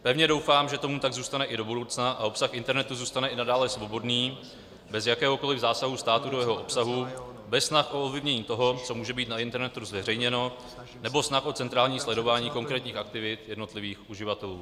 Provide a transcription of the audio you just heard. Pevně doufám, že tomu tak zůstane i do budoucna a obsah internetu zůstane i nadále svobodný, bez jakéhokoliv zásahu státu do jeho obsahu, bez snah o ovlivnění toho, co může být na internetu zveřejněno, nebo snah o centrální sledování konkrétních aktivit jednotlivých uživatelů.